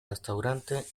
restaurante